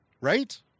right